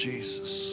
Jesus